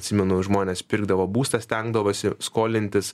atsimenu žmonės pirkdavo būstą stengdavosi skolintis